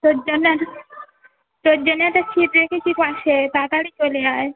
তোর জন্য একটা তোর জন্য একটা সিট রেখেছি পাশে তাড়াতাড়ি চলে আয়